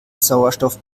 sauerstoff